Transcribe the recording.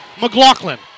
McLaughlin